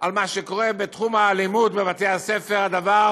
על מה שקורה בתחום האלימות בבתי הספר, הדבר